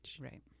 Right